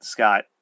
Scott